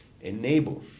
enable